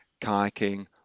kayaking